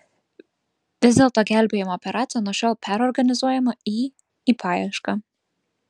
vis dėlto gelbėjimo operacija nuo šiol perorganizuojama į į paiešką